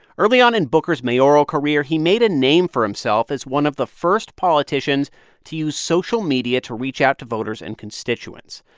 early on in booker's mayoral career, he made a name for himself as one of the first politicians to use social media to reach out to voters and constituents.